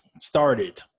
started